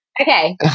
okay